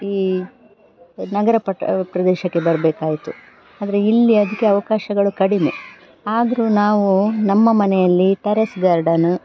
ಈ ನಗರ ಪಟ್ಟಣ ಪ್ರದೇಶಕ್ಕೆ ಬರಬೇಕಾಯ್ತು ಆದರೆ ಇಲ್ಲಿ ಅದಕ್ಕೆ ಅವಕಾಶಗಳು ಕಡಿಮೆ ಆದರೂ ನಾವು ನಮ್ಮ ಮನೆಯಲ್ಲಿ ಟೆರೇಸ್ ಗಾರ್ಡನು